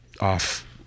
off